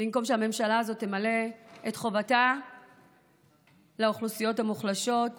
במקום שהממשלה הזאת תמלא את חובתה לאוכלוסיות המוחלשות